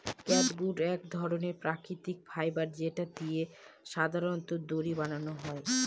catgut এক ধরনের প্রাকৃতিক ফাইবার যেটা দিয়ে সাধারনত দড়ি বানানো হয়